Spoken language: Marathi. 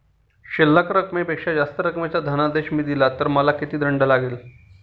शिल्लक रकमेपेक्षा जास्त रकमेचा धनादेश मी दिला तर मला किती दंड लागेल?